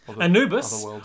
Anubis